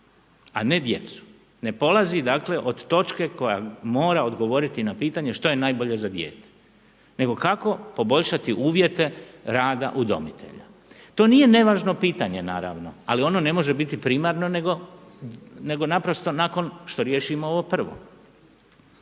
a ne djecu. Ne polazi dakle, od točke koja mora odgovoriti na pitanje što je najbolje za dijete, nego kako poboljšati uvjete rada udomitelja? To nije nevažno pitanje naravno, ali ono ne može biti primarno nego naprosto nakon što riješimo ovo prvo.